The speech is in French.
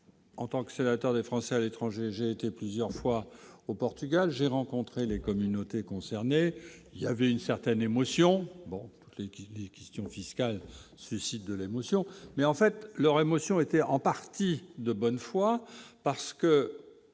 en tant que sénateur des Français à l'étranger, j'ai été plusieurs fois au Portugal, j'ai rencontré les communautés concernées, il y avait une certaine émotion, bon qui question fiscale suscite de l'émotion, mais en fait, leur émotion était en partie de bonne foi, parce que